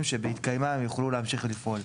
שבהתקיימם הם יוכלו להמשיך ולפעול.